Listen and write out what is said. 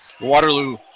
Waterloo